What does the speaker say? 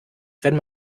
wenn